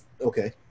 Okay